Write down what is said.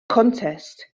contest